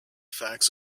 facts